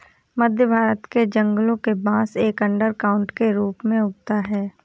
मध्य भारत के जंगलों में बांस एक अंडरग्राउंड के रूप में उगता है